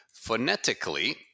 Phonetically